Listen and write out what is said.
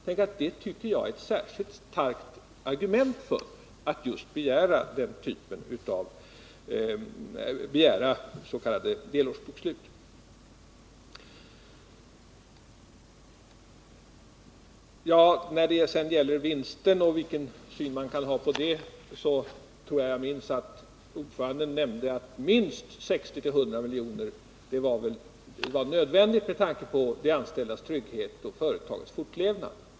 Tänk, att detta, tycker jag, är ett särskilt starkt argument för att begära just delårsbokslut. När det sedan gäller vinsten och vilken syn man kan ha på den, så tror jag att bolagsstyrelsens ordförande nämnde att minst 60-100 miljoner var nödvändigt med tanke på de anställdas trygghet och företagets fortlevnad.